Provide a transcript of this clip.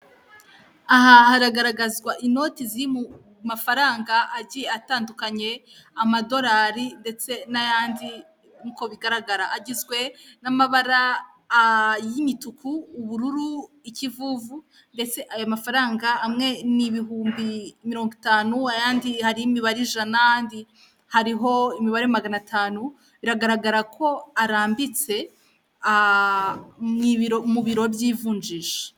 Aha haragaragazwa inoti ziri mu mafaranga agiye atandukanye amadolari ndetse n'ayandi nkuko bigaragara. Agizwe n'amabara y'imituku, ubururu, ikivuvu, ndetse ayo mafaranga amwe ni ibihumbi mirongo itanu ayandi hariho imibare ijana andi hariho imibare magana atanu biragaragara ko arambitse mu biro by'ivunjisha